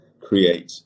create